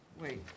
wait